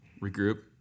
Regroup